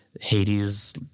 Hades